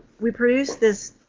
we produce this